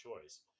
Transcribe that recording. choice